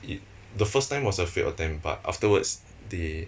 it the first time was a failed attempt but afterwards they